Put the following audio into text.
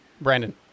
Brandon